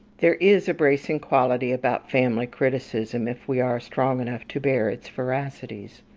there is a bracing quality about family criticism, if we are strong enough to bear its veracities.